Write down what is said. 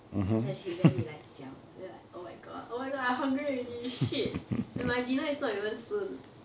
放下去 then 你 like 嚼 then will like oh my god oh my god I hungry already shit and my dinner is like not even soon